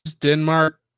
Denmark